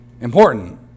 important